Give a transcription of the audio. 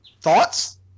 Thoughts